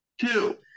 Two